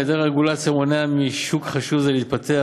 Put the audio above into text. היעדר הרגולציה מונע משוק חשוב זה להתפתח,